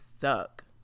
suck